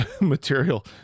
material